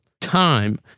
time